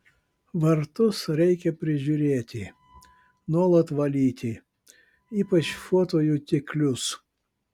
vartus reikia prižiūrėti nuolat valyti ypač fotojutiklius